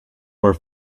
were